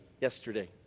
yesterday